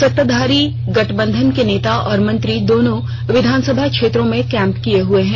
सत्ताधारी गठबंधन के नेता और मंत्री दोनों विधानसभा क्षेत्रों में कैंप किये हुए हैं